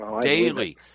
daily